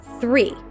three